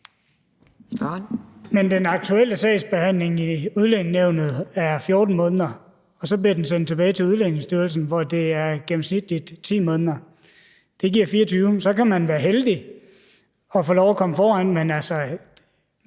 den aktuelle sagsbehandlingstid i Udlændingenævnet er 14 måneder, og så bliver det sendt tilbage til Udlændingestyrelsen, hvor den gennemsnitligt er 10 måneder. Det giver 24 måneder. Så kan man være heldig at få lov at komme foran, men det